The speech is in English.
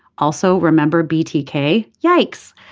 also remember btk. yikes.